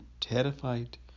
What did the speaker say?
terrified